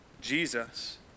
Jesus